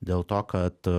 dėl to kad